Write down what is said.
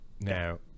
Now –